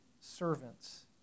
servants